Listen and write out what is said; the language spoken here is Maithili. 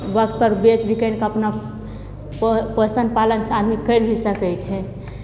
वक्तपर बेचि बिकनिके अपना पो पोषण पालन आदमी करि भी सकै छै